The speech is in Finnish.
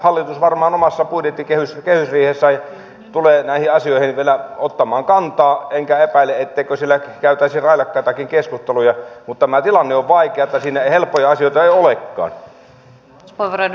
hallitus varmaan omassa budjettikehysriihessään tulee näihin asioihin vielä ottamaan kantaa enkä epäile etteikö siellä käytäisi railakkaitakin keskusteluja mutta tämä tilanne on niin vaikea että siinä ei helppoja asioita olekaan